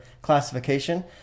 classification